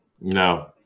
No